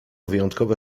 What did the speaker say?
wyjątkowe